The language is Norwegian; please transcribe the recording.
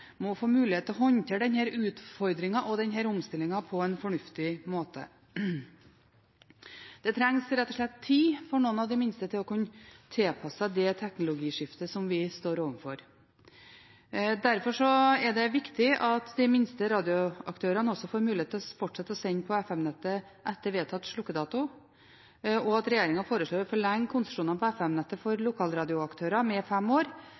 må få mulighet til å håndtere denne utfordringen og denne omstillingen på en fornuftig måte. Det trengs rett og slett tid for noen av de minste til å kunne tilpasse seg det teknologiskiftet som vi står overfor. Derfor er det viktig at de minste radioaktørene også får mulighet til å fortsette å sende på FM-nettet etter vedtatt slukkedato. At regjeringen foreslår å forlenge konsesjonene på FM-nettet for lokalradioaktører med fem år,